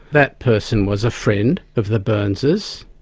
that person was a friend of the byrnes's,